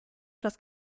etwas